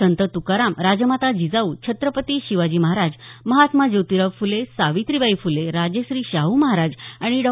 संत तुकाराम राजमाता जिजाऊ छत्रपती शिवाजी महाराज महात्मा जोतिराव फुले सावित्रीबाई फुले राजर्षी शाहू महाराज आणि डॉ